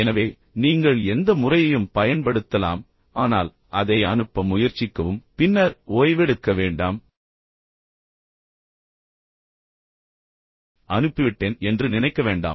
எனவே நீங்கள் எந்த முறையையும் பயன்படுத்தலாம் ஆனால் அதை அனுப்ப முயற்சிக்கவும் பின்னர் ஓய்வெடுக்க வேண்டாம் அனுப்பிவிட்டேன் என்று நினைக்கவேண்டாம்